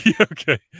Okay